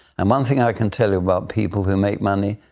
and one thing i can tell you about people who make money,